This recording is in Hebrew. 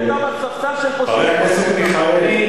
חבר הכנסת אורי, חבר הכנסת מיכאל.